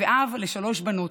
ואב לשלוש בנות,